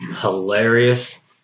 hilarious